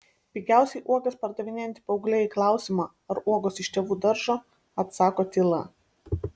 pigiausiai uogas pardavinėjanti paauglė į klausimą ar uogos iš tėvų daržo atsako tyla